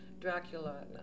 Dracula